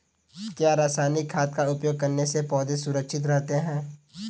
क्या रसायनिक खाद का उपयोग करने से पौधे सुरक्षित रहते हैं?